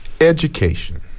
Education